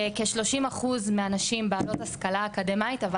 כ-30 אחוז מהנשים בעלות השכלה אקדמאית אבל